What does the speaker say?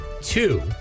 two